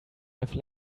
have